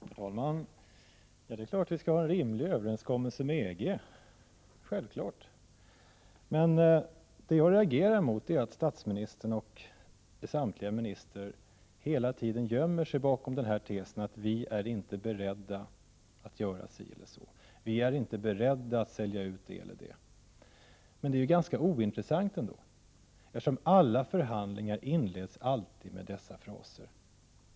Herr talman! Det är klart att vi skall ha en rimlig överenskommelse med EG. Självklart! Men det jag reagerar emot är att statsministern hela tiden gömmer sig bakom tesen att man inte är beredd att göra si eller så — vi är inte beredda att sälja ut det eller det. Detta är ganska ointressant, eftersom alla förhandlingar inleds med dessa fraser.